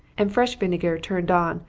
and fresh vinegar turned on,